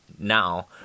now